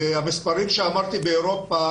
המספרים שאמרתי שקיימים באירופה,